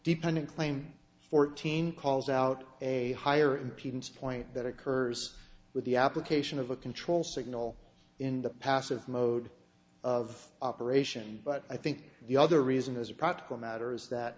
dependant claim fourteen calls out a higher impedance point that occurs with the application of a control signal in the passive mode of operation but i think the other reason as a practical matter is that